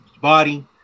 body